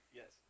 yes